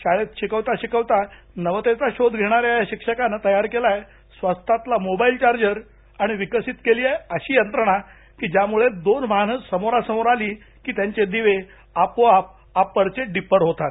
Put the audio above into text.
शाळेत शिकवता शिकवता नवतेचा शोध घेणाऱ्या या शिक्षकानं तयार केला आहे स्वस्तातला मोबाईल चार्जर आणि विकसित केली आहे अशीही यंत्रणा की ज्यामुळे दोन वाहनं समोरासमोर आली की त्यांचे दिवे आपोआप अपरचे डिपर होतात